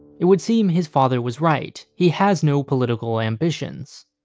it would seem his father was right, he has no political ambitions.